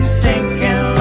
sinking